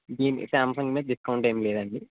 దీనికి శామ్సంగ్ మీద డిస్కౌంట్ ఏమి లేదండి